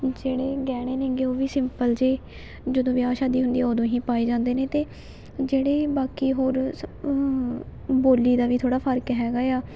ਜਿਹੜੇ ਗਹਿਣੇ ਨੇਗੇ ਉਹ ਵੀ ਸਿੰਪਲ ਜੇ ਜਦੋਂ ਵਿਆਹ ਸ਼ਾਦੀ ਹੁੰਦੀ ਉਦੋਂ ਹੀ ਪਾਏ ਜਾਂਦੇ ਨੇ ਅਤੇ ਜਿਹੜੇ ਬਾਕੀ ਹੋਰ ਸ ਬੋਲੀ ਦਾ ਵੀ ਥੋੜ੍ਹਾ ਫਰਕ ਹੈਗਾ ਆ